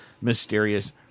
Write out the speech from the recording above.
mysterious